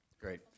Great